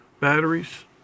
batteries